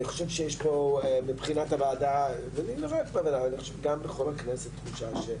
אבל מעבר לזה שזה לא חוקי, זה יוצר כאן איזשהו